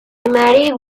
murray